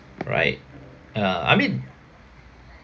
right uh I mean